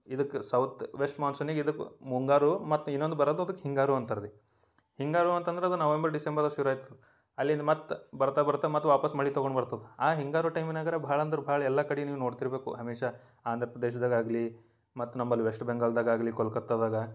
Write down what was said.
ಇದಕ್ಕೆ south west ಮಾನ್ಸೂನಿಗೆ ಇದಕ್ಕೆ ಮುಂಗಾರು ಮತ್ತು ಇನ್ನೊಂದು ಬರೋದಕ್ಕೆ ಹಿಂಗಾರು ಅಂತಾರೆ ರೀ ಹಿಂಗಾರು ಅಂತಂದ್ರೆ ಅದು ನವೆಂಬರ್ ಡಿಸೆಂಬರಲ್ಲಿ ಶುರು ಆಯ್ತದೆ ಅಲ್ಲಿಂದ ಮತ್ತು ಬರ್ತಾ ಬರ್ತಾ ಮತ್ತು ವಾಪಸ್ಸು ಮಳೆ ತೊಗೊಂಡು ಬರ್ತದೆ ಆ ಹಿಂಗಾರು ಟೈಮಿನಾಗಾರ ಭಾಳ ಅಂದ್ರೆ ಭಾಳ ಎಲ್ಲ ಕಡೆ ನೀವು ನೋಡ್ತಿರಬೇಕು ಹಮೇಶಾ ಆಂಧ್ರ ಪ್ರದೇಶದಾಗ ಆಗಲಿ ಮತ್ತು ನಂಬಳಿ ವೆಸ್ಟ್ ಬೆಂಗಾಲ್ದಾಗ ಆಗಲಿ ಕೋಲ್ಕತ್ತದಾಗ